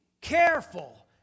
careful